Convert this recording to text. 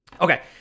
Okay